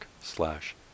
slash